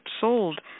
sold